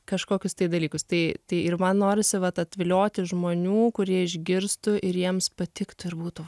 kažkokius dalykus tai tai ir man norisi vat atvilioti žmonių kurie išgirstų ir jiems patiktų ir būtų